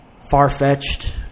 far-fetched